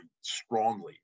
strongly